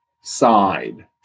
side